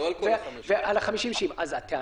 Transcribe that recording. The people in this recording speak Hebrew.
לגור, שיסביר על המס' 500. למה לגור?